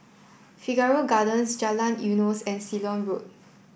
Figaro Gardens Jalan Eunos and Ceylon Road